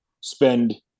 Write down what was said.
spend